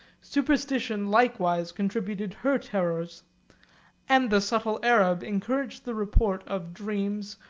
superstition likewise contributed her terrors and the subtle arab encouraged the report of dreams,